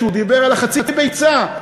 שדיבר על חצי ביצה: